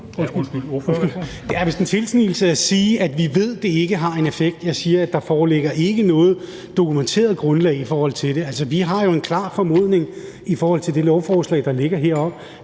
Det er vist en tilsnigelse at sige, at vi ved, det ikke har en effekt. Jeg siger, at der ikke foreligger noget dokumenteret grundlag i forhold til det. Altså, vi har jo en klar formodning om i forhold til det lovforslag, der ligger her,